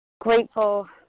Grateful